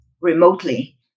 remotely